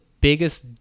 biggest